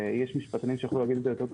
ויש משפטנים שיוכלו לומר את זה טוב,